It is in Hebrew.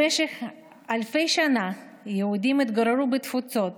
במשך אלפי שנים יהודים התגוררו בתפוצות